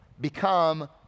Become